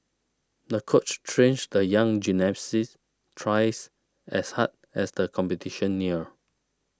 the coach trained the young gymnast twice as hard as the competition neared